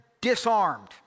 disarmed